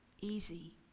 easy